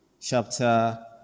chapter